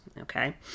okay